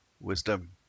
wisdom